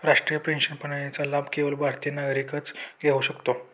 राष्ट्रीय पेन्शन प्रणालीचा लाभ केवळ भारतीय नागरिकच घेऊ शकतो